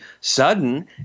sudden